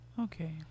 okay